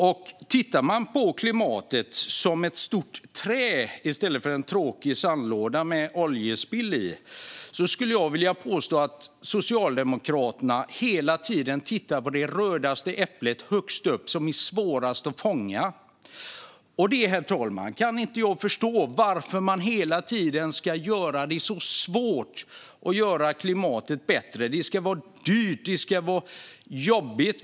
Ser man klimatet som ett stort träd i stället för en tråkig sandlåda med oljespill i skulle jag vilja påstå att Socialdemokraterna hela tiden tittar på det rödaste äpplet högst upp, som är svårast att plocka. Jag kan inte förstå, herr talman, varför man hela tiden ska göra det så svårt att göra klimatet bättre. Det ska vara dyrt. Det ska vara jobbigt.